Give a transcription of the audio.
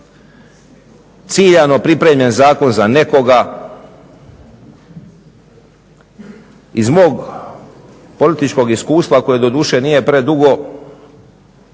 ciljano pripremljen zakon za nekoga. Iz mog političkog iskustva, koje doduše nije predugo,